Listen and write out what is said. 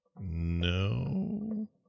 No